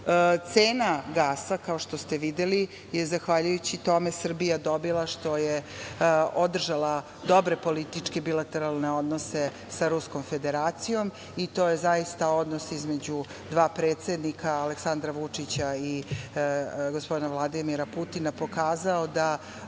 gasa, kao što ste videli, je zahvaljujući tome Srbija dobila što je održala dobre političke bilateralne odnose sa Ruskom Federacijom i to je zaista odnos između dva predsednika, Aleksandra Vučića i gospodina Vladimira Putina, pokazao da